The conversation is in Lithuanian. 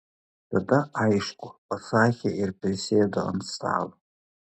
tada aišku pasakė ir prisėdo ant stalo